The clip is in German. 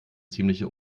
ziemliche